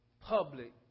public